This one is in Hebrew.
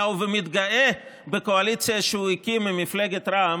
ומתגאה בקואליציה שהוא הקים עם מפלגת רע"מ,